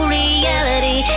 reality